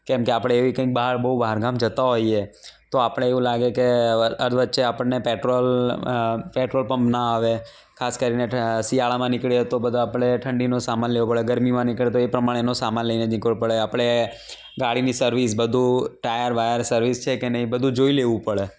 કેમકે આપણે એવી કંઇ બહાર બહુ બહારગામ જતાં હોઈએ તો આપણે એવું લાગે કે અધવચ્ચે આપણને પેટ્રોલ પેટ્રોલપંપ ના આવે ખાસ કરીને શિયાળામાં નીકળીએ તો બધા આપણે ઠંડીનો સમાન લેવો પડે ગરમીમાં નીકળીએ તો એ પ્રમાણેનો સમાન લઈને નીકળવું પડે આપણે ગાડીની સર્વિસ બધું ટાયર વાયર સર્વિસ છે કે નહીં બધું જોઈ લેવું પડે